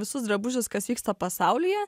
visus drabužius kas vyksta pasaulyje